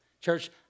Church